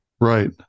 Right